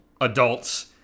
adults